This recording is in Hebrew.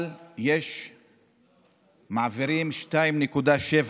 אבל מעבירים 2.7